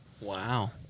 Wow